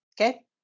Okay